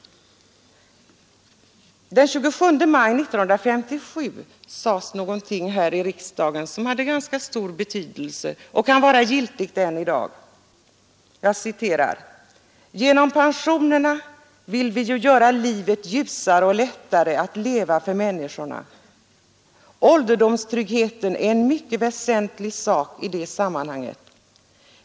Den 27 maj 1957 sades någonting i riksdagen som då hade stor betydelse och som bör påminnas om i dag: ”Genom pensionerna vill vi ju göra livet ljusare och lättare att leva för människorna. Ålderdomstryggheten är en mycket väsentlig sak i det sammanhanget.